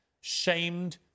shamed